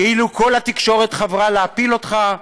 כאילו כל התקשורת חברה להפיל אותך,